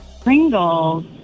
Pringles